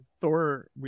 Thor